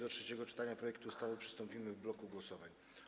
Do trzeciego czytania projektu ustawy przystąpimy w bloku głosowań.